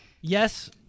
yes